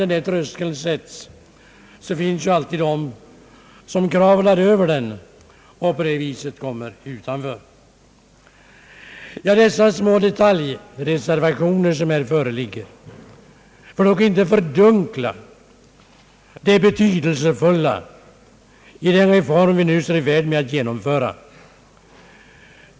Var denna tröskel än sättes, finns det alltid människor som kravlar över den och på det sättet hamnar utanför reformen. De små detaljreservationer som här föreligger får dock inte fördunkla det betydelsefulla i den reform som vi nu är i färd med att genomföra.